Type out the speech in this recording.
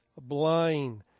blind